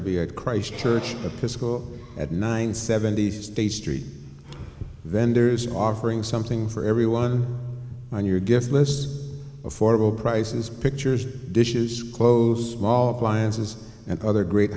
to be at christ church a preschool at nine seventy state street vendors offering something for everyone on your gift list affordable prices pictures dishes clothes mall appliances and other great